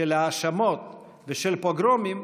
של האשמות ושל פוגרומים,